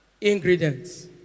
ingredients